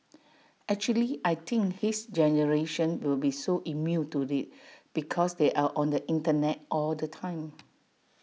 actually I think his generation will be so immune to IT because they're on the Internet all the time